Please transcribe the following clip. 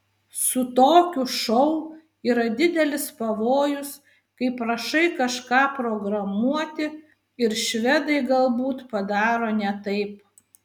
su tokiu šou yra didelis pavojus kai prašai kažką programuoti ir švedai galbūt padaro ne taip